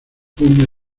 puño